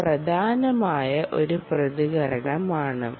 അത് പ്രധാനമായ ഒരു പ്രതികരണമാണ്